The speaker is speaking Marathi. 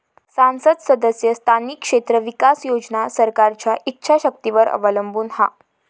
सांसद सदस्य स्थानिक क्षेत्र विकास योजना सरकारच्या ईच्छा शक्तीवर अवलंबून हा